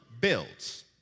builds